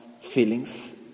feelings